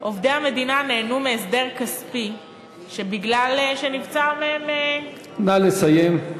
עובדי המדינה נהנו מהסדר כספי מפני, נא לסיים.